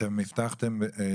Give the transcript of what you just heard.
אתם תצטרכו לבוא אלינו,